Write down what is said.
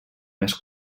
més